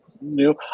new